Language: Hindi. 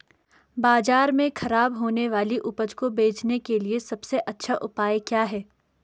बाजार में खराब होने वाली उपज को बेचने के लिए सबसे अच्छा उपाय क्या हैं?